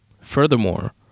Furthermore